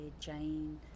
Jane